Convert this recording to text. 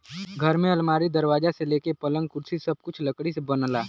घर में अलमारी, दरवाजा से लेके पलंग, कुर्सी सब कुछ लकड़ी से बनला